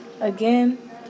Again